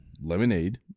Lemonade